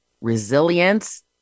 resilience